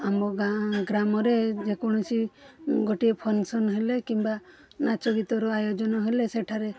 ଆମ ଗାଁ ଗ୍ରାମରେ ଯେ କୌଣସି ଗୋଟିଏ ଫଙ୍କସନ୍ ହେଲେ କିମ୍ବା ନାଚ ଗୀତର ଆୟୋଜନ ହେଲେ ସେଠାରେ